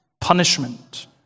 punishment